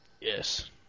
Yes